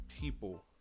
people